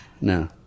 No